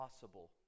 possible